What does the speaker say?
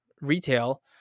retail